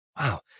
wow